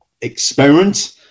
experiment